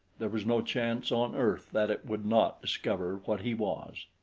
there was no chance on earth that it would not discover what he was.